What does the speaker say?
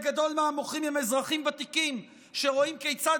חלק גדול מהמוחים הם אזרחים ותיקים שרואים כיצד